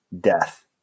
death